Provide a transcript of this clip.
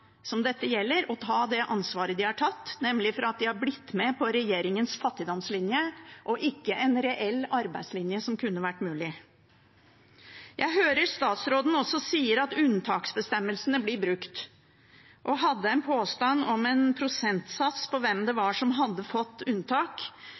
som dette gjelder, og ta det ansvaret de har for at de har blitt med på regjeringens fattigdomslinje og ikke en reell arbeidslinje, som kunne vært mulig. Jeg hører også statsråden si at unntaksbestemmelsene blir brukt. Hun hadde en påstand om en prosentsats for hvor mange det